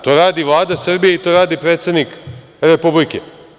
To radi Vlada Srbije i to radi predsednik Republike.